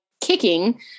kicking